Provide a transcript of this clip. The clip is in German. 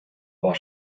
war